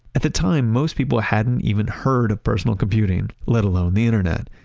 at the time, most people hadn't even heard of personal computing, let alone the internet.